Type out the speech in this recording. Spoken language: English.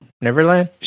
neverland